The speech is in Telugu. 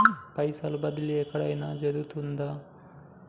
పైసల బదిలీ ఎక్కడయిన జరుగుతదా?